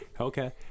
okay